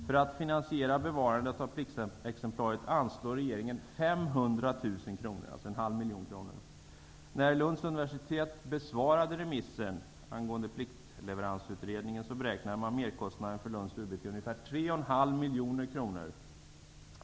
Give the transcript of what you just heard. För att finansiera bevarandet av pliktexemplaret anslår regeringen 500 000 kr, dvs. en halv miljon kronor. När Lunds universitet besvarade remissen på Pliktleveransutredningens förslag beräknades merkostnaden för Lunds UB till 3,5 miljoner kronor.